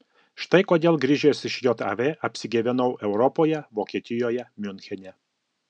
štai kodėl grįžęs iš jav apsigyvenau europoje vokietijoje miunchene